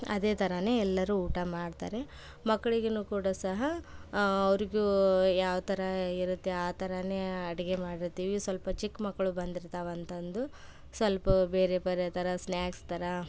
ಅದೇ ಥರವೇ ಎಲ್ಲರೂ ಊಟ ಮಾಡ್ತಾರೆ ಮಕ್ಳಿಗು ಕೂಡ ಸಹ ಅವರಿಗೂ ಯಾವ ಥರ ಇರುತ್ತೆ ಆ ಥರವೇ ಅಡುಗೆ ಮಾಡಿರ್ತೀವಿ ಸ್ವಲ್ಪ ಚಿಕ್ಕ ಮಕ್ಕಳು ಬಂದಿರ್ತವೆ ಅಂತಂದು ಸ್ವಲ್ಪ ಬೇರೆ ಬೇರೆ ಥರ ಸ್ನ್ಯಾಕ್ಸ್ ಥರ